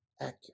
accurate